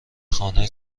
خانه